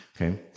Okay